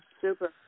Super